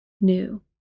new